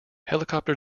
helicopter